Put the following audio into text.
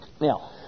Now